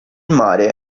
mare